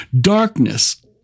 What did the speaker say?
Darkness